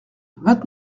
vingt